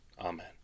Amen